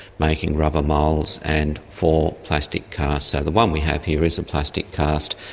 making rubber moulds and four plastic casts. so the one we have here is a plastic cast,